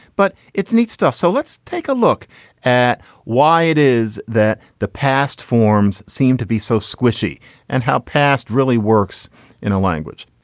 but it's neat stuff. so let's take a look at why it is that the past forms seem to be so squishy and how past really works in a language.